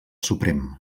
suprem